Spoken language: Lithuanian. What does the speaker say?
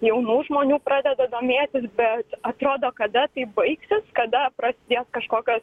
jaunų žmonių pradeda domėtis bet atrodo kada tai baigsis kada prasidės kažkokios